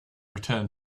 return